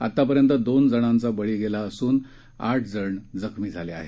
आतापर्यंत दोन जणांचा बळी गेला असून आठ जण जखमी झाले आहेत